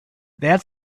that